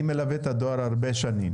אני מלווה את הדואר כבר הרבה שנים,